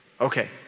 Okay